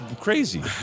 crazy